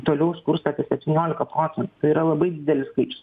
toliau skursta apie septyniolika procentų tai yra labai didelis skaičius